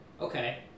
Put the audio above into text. okay